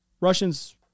Russians